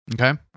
Okay